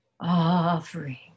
offering